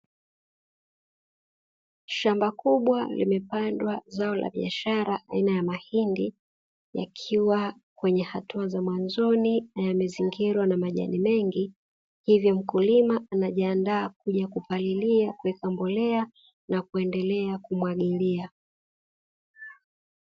Shamba kubwa limepandwa zao la biashara aina ya mahindi, yakiwa kwenye hatua za mwanzoni na yamezingirwa na majani mengi hivyo mkulima anajiandaa kuja kupalilia, kuweka mbolea na kuendelea kumwagilia.